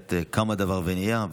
וכעת קם הדבר ונהיה.